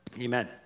amen